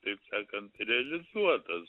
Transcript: taip sakant realizuotas